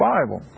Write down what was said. Bible